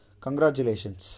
Congratulations